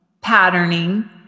patterning